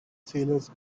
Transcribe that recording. sailors